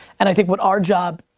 and i think what our job,